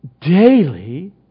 daily